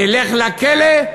נלך לכלא,